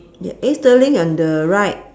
ya eh steering on the right